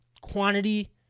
quantity